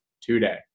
today